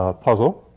ah puzzle.